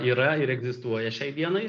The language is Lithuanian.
yra ir egzistuoja šiai dienai